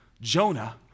Jonah